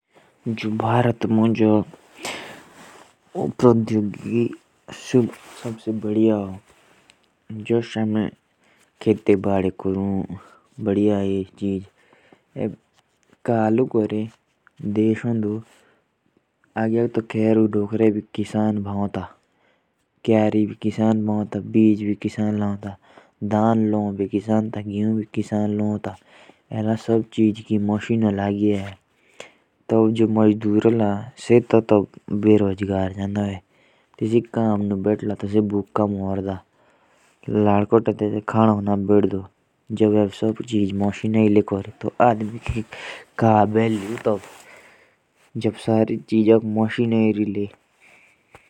जैसे अभी जो अगर खेतों में गेहूं होरे तो उनको काटने के लिए मशीन आ गई ह। और पहले सारा काम आदमी करते थे। और इससे आदमी और बेरोजगार हो गया ह।